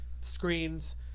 Screens